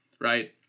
right